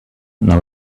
know